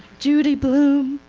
judy bloom,